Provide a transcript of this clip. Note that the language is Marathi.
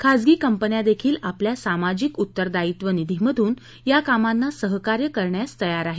खाजगी कंपन्या देखील आपल्या सामाजिक उत्तरदायित्व निधीमधून या कामांना सहकार्य करण्यास तयार आहेत